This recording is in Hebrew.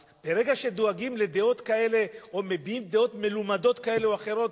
אז ברגע שדואגים לדעות כאלה או מביעים דעות מלומדות כאלה או אחרות,